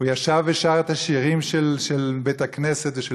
הוא ישב ושר את השירים של בית-הכנסת ושל